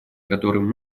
которым